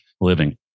living